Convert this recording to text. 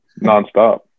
nonstop